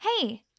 Hey